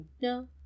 No